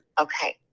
Okay